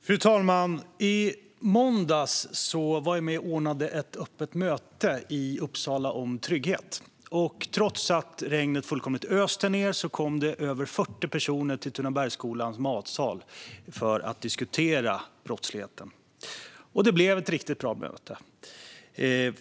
Fru talman! I måndags var jag med och ordnade ett öppet möte i Uppsala om trygghet. Trots att regnet fullkomligt öste ned kom det över 40 personer till Tunabergsskolan för att diskutera brottsligheten. Det blev ett riktigt bra möte.